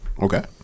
Okay